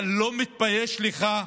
אתה לא מתבייש לך.